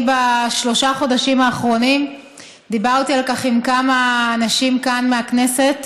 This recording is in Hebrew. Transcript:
בשלושת החודשים האחרונים דיברתי על כך עם כמה אנשים כאן מהכנסת,